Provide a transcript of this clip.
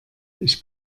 ich